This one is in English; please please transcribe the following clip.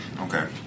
okay